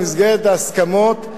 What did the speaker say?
במסגרת ההסכמות,